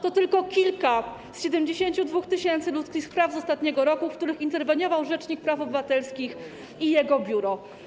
To tylko kilka z 72 tys. ludzkich spraw z ostatniego roku, w których interweniował rzecznik praw obywatelskich i jego biuro.